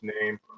name